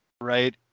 right